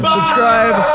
Subscribe